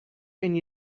and